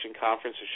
Conference